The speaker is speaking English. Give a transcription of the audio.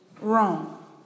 wrong